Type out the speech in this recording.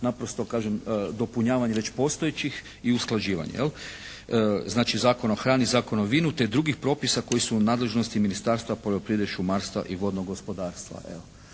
naprosto kažem dopunjavanje već postojećih i usklađivanje, znači Zakon o hrani, Zakon o vinu te drugih propisa koji su u nadležnosti Ministarstva poljoprivrede, šumarstva i vodnog gospodarstva.